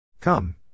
Come